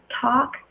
talk